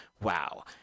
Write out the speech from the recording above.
wow